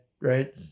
right